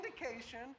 indication